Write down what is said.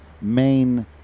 main